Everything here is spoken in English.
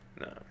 no